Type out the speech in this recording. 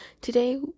today